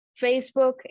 Facebook